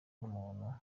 muntu